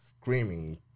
screaming